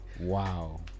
Wow